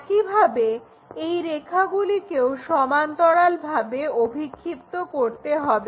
একইভাবে এই রেখাগুলিকেও সমান্তরালভাবে অভিক্ষিপ্ত করতে হবে